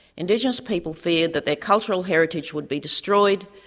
indigenous people feared that their cultural heritage would be destroyed,